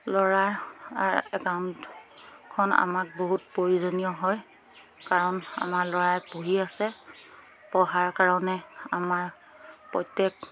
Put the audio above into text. ল'ৰাৰ একাউণ্টখন আমাক বহুত প্ৰয়োজনীয় হয় কাৰণ আমাৰ ল'ৰাই পঢ়ি আছে পঢ়াৰ কাৰণে আমাৰ প্ৰত্যেক